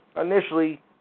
initially